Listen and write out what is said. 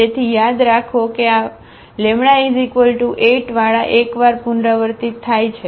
તેથી યાદ રાખો કે આ λ8 વારા એક વાર પુનરાવર્તિત થાય છે